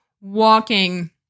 walking